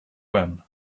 when